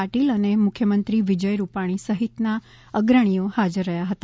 પાટિલ અને મુખ્યમંત્રી વિજય રૂપાણી સહિતના અગ્રણી હાજર હતા